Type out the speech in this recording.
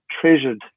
treasured